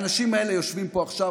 האנשים האלה יושבים פה עכשיו,